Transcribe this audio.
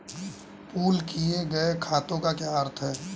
Pool किए गए खातों का क्या अर्थ है?